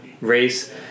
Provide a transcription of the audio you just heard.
race